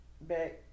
back